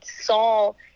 Saul